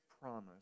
promise